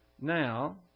now